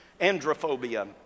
androphobia